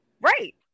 right